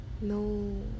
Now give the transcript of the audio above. no